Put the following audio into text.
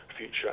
future